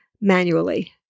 manually